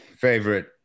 favorite